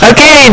Okay